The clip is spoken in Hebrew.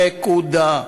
נקודה.